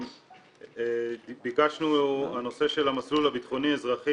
ביקשנו בנושא של המסלול הביטחוני-אזרחי,